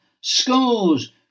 Scores